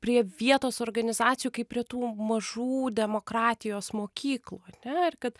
prie vietos organizacijų kaip prie tų mažų demokratijos mokyklų ar ne ir kad